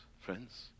friends